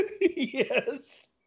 yes